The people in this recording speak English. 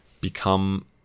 become